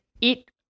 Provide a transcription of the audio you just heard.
eat